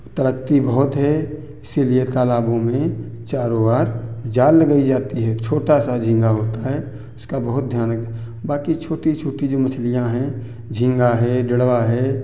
तड़पती बहुत है इसीलिए तालाबों में चारों वार जाल लगाई जाती है छोटा सा झींगा होता है उसका बहुत ध्यान रखना बाकी छोटी छोटी जो मछलियाँ हैं झींगा है डेढ़वा है